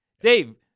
Dave